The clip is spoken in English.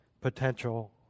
potential